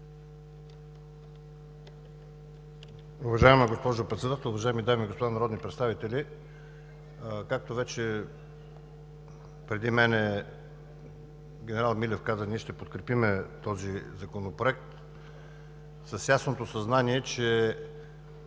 Уважаема госпожо Председател, уважаеми дами и господа народни представители! Както вече преди мен генерал Милев каза, ние ще подкрепим този законопроект с ясното съзнание, че,